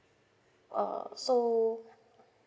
uh so